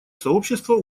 сообщество